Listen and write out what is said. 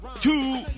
Two